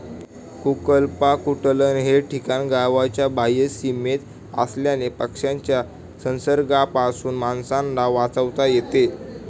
कुक्पाकुटलन हे ठिकाण गावाच्या बाह्य सीमेत असल्याने पक्ष्यांच्या संसर्गापासून माणसांना वाचवता येते